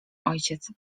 ojciec